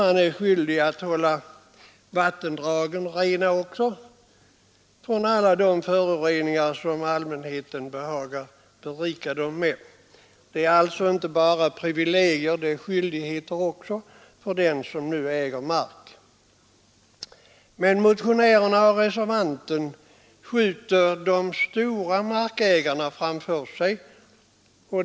Han är också skyldig att hålla vattendragen rena från alla de föroreningar som allmänheten behagar berika den med. Det är alltså inte bara privilegier, utan det är också skyldigheter för den som nu äger mark. Men motionärerna och reservanten skjuter de stora markägarna framför sig.